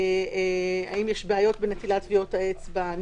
האם יש בעיות בנטילת טביעות האצבע,